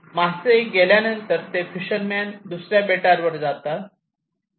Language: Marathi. मासे गेल्यानंतर ते फिशर मेन दुसर्या बेटावर जातात